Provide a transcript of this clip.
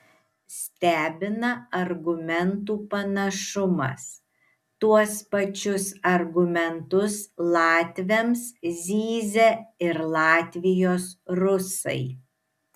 stebina argumentų panašumas tuos pačius argumentus latviams zyzia ir latvijos rusai